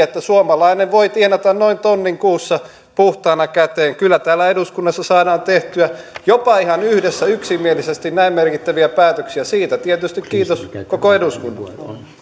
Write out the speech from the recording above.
että suomalainen voi tienata noin tonnin kuussa puhtaana käteen kyllä täällä eduskunnassa saadaan tehtyä jopa ihan yhdessä yksimielisesti näin merkittäviä päätöksiä siitä tietysti kiitos koko eduskunnalle